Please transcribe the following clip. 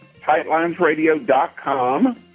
TightLinesRadio.com